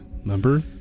remember